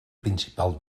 principal